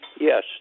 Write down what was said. Yes